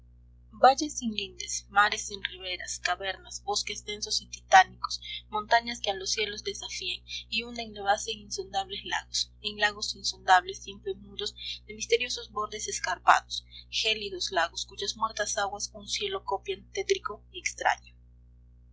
valles sin lindes mares sin riberas cavernas bosques densos y titánicos montañas que a los cielos desafían y hunden la base en insondables lagos en lagos insondables siempre mudos de misteriosos bordes escarpados gélidos lagos cuyas muertas aguas un cielo copian tétrico y extraño